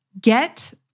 get